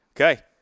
Okay